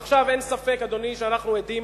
עכשיו, אין ספק, אדוני, שאנחנו עדים